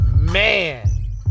Man